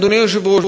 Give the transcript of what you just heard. אדוני היושב-ראש,